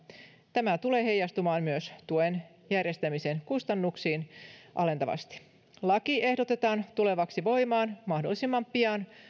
tämä tulee heijastumaan myös tuen järjestämisen kustannuksiin alentavasti laki ehdotetaan tulevaksi voimaan mahdollisimman pian